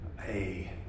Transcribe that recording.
Hey